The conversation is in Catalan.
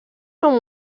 són